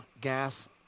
gas